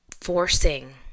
forcing